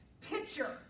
picture